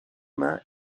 mains